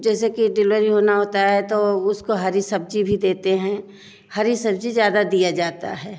जैसे कि डिलवरी होना होता है तो उसको हरी सब्ज़ी भी देते हैं हरी सब्ज़ी ज़्यादा दिया जाता है